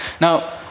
now